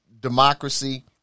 democracy